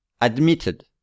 Admitted